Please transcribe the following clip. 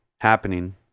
happening